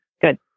Good